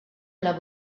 alla